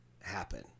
happen